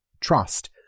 trust